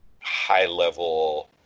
high-level